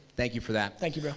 thank you for that. thank you bro.